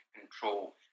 control